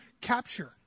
capture